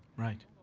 right.